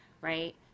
right